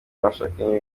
bashakanye